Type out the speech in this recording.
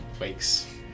wakes